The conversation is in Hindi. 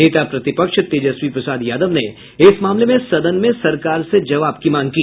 नेता प्रतिपक्ष तेजस्वी प्रसाद यादव ने इस मामले में सदन में सरकार से जवाब की मांग की